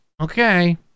okay